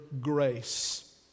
grace